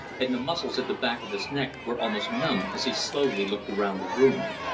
and the muscles at the back of his neck were almost numb as he slowly looked round the room.